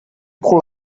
pull